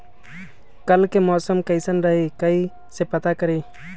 कल के मौसम कैसन रही कई से पता करी?